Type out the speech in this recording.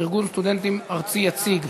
ארגון סטודנטים ארצי יציג),